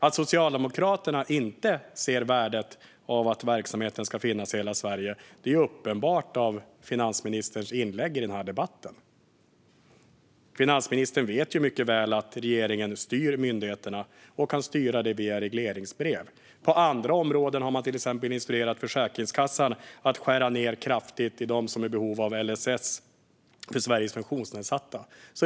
Att Socialdemokraterna inte ser värdet av att verksamheten ska finnas i hela Sverige är uppenbart av finansministerns inlägg i den här debatten. Finansministern vet mycket väl att regeringen styr myndigheterna och kan styra dem via regleringsbrev. Det har man gjort på andra områden. Man har till exempel inspirerat Försäkringskassan att skära ned kraftigt för Sveriges funktionsnedsatta som är i behov av LSS.